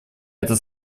это